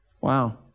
Wow